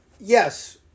Yes